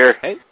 Hey